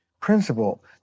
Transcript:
principle